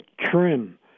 trim